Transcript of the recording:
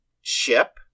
ship